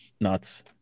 nuts